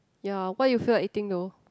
ya what you feel like eating though